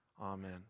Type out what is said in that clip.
Amen